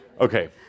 Okay